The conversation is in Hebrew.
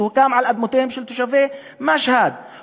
שהוקם על אדמותיהם של תושבי משהד,